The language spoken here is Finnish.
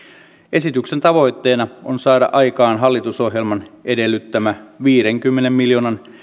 esityksen tavoitteena on saada aikaan hallitusohjelman edellyttämä viidenkymmenen miljoonan